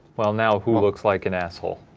well now who looks like an asshole?